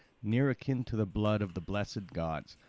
near akin to the blood of the blessed gods.